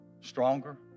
stronger